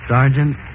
Sergeant